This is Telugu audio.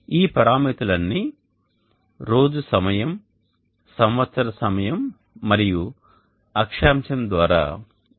ఈ పరామితులన్నీ రోజు సమయం సంవత్సరం సమయం మరియు అక్షాంశం ద్వారా నిర్ణయించబడతాయి